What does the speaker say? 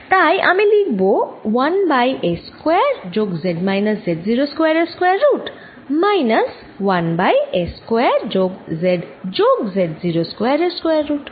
তাই আমি লিখব 1 বাই s স্কয়ার যোগ z মাইনাস Z0 স্কয়ার এর square root minus 1 by s square যোগ z যোগ Z0 স্কয়ার এর স্কয়ার রুট